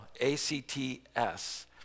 A-C-T-S